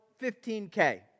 15K